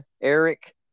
Eric